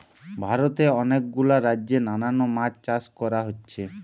ভারতে অনেক গুলা রাজ্যে নানা মাছ চাষ কোরা হচ্ছে